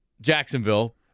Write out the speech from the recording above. Jacksonville